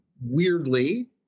Weirdly